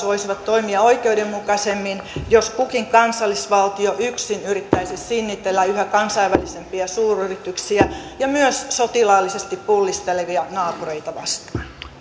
voisivat toimia oikeudenmukaisemmin jos kukin kansallisvaltio yksin yrittäisi sinnitellä yhä kansainvälisempiä suuryrityksiä ja myös sotilaallisesti pullistelevia naapureita vastaan